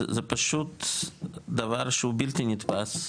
זה פשוט דבר שהוא בלתי נתפס,